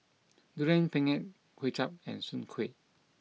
Durian Pengat Kway Chap and Soon Kuih